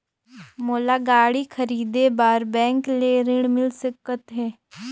मोला गाड़ी खरीदे बार बैंक ले ऋण मिल सकथे?